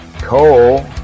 Cole